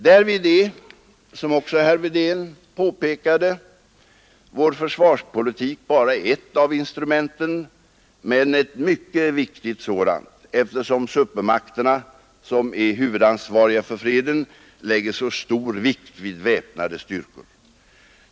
Därvid är — som också herr Wedén påpekade — vår försvarspolitik bara ett av instrumenten, men ett mycket viktigt sådant, eftersom supermakterna, som är huvudansvariga för fredens bevarande, lägger så stor vikt vid väpnade styrkor.